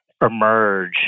emerge